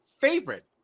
favorite